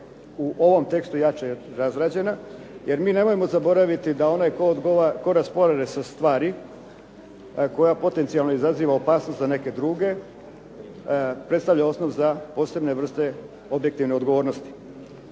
u ovom tekstu jače razrađena, jer mi nemojmo zaboraviti da onaj tko raspolaže sa stvari koja potencijalno izaziva opasnost za neke druge, predstavlja osnov za posebne vrste objektivne odgovornosti.